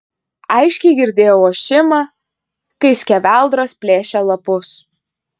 aiškiai girdėjau ošimą kai skeveldros plėšė lapus